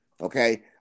Okay